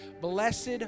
Blessed